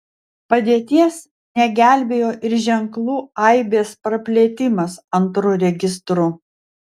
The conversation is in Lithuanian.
padėties negelbėjo ir ženklų aibės praplėtimas antru registru